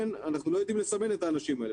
אנחנו לא יודעים לסמן את האנשים האלה.